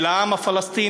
של העם הפלסטיני.